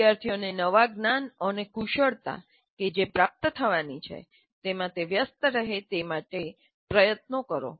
વિદ્યાર્થીઓને નવા જ્ઞાન અને કુશળતા કે જે પ્રાપ્ત થવાની અપેક્ષા છે તેમાં વ્યસ્ત રહે તે માટે પ્રયત્નો કરો